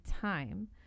time